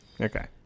Okay